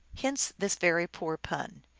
hence this very poor pun.